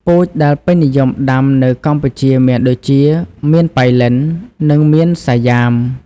ពូជដែលពេញនិយមដាំនៅកម្ពុជាមានដូចជា មៀនប៉ៃលិន និងមៀនសាយ៉ាម។